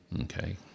okay